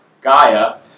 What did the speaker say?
Gaia